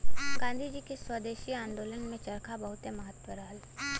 गांधी जी के स्वदेशी आन्दोलन में चरखा बहुते महत्व रहल